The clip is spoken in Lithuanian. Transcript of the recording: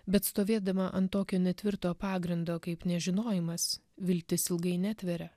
bet stovėdama ant tokio netvirto pagrindo kaip nežinojimas viltis ilgai netveria